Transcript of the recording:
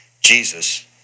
Jesus